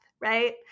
right